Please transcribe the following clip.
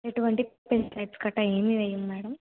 ఎటువంటి పెస్టిసైడ్స్ గట్రా ఏమీ వెయ్యము మేడం